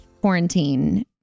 quarantine